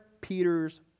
Peter's